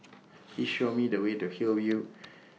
Please Show Me The Way to Hillview